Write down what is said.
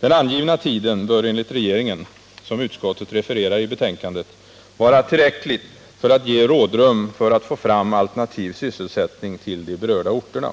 Den angivna tiden bör enligt propositionen — som utskottet refererar i betänkandet — vara tillräcklig för att ge rådrum för att få fram alternativ sysselsättning till de berörda orterna.